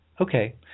Okay